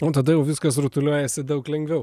o tada jau viskas rutuliojasi daug lengviau